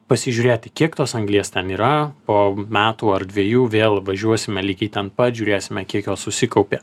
pasižiūrėti kiek tos anglies ten yra po metų ar dvejų vėl važiuosime lygiai ten pat žiūrėsime kiek jo susikaupė